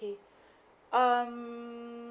um